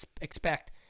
expect